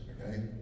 okay